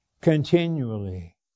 continually